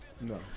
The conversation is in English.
No